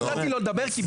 נתתי לו לדבר כי ביקשת.